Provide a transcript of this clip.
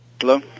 Hello